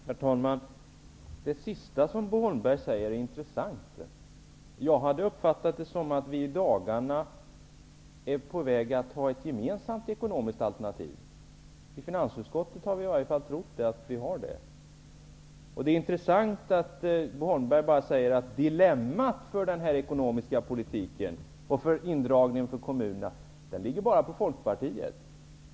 Herr talman! Det sista som Bo Holmberg nu säger är intressant. Jag hade uppfattat det som att vi i dagarna är på väg att enas om ett gemensamt ekonomiskt alternativ. I finansutskottet har vi i varje fall trott det. Det är intressant att Bo Holmberg säger att dilemmat med den ekonomiska politiken, med indragningar för kommunerna, bara gäller Folkpartiet.